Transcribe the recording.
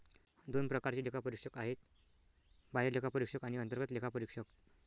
दोन प्रकारचे लेखापरीक्षक आहेत, बाह्य लेखापरीक्षक आणि अंतर्गत लेखापरीक्षक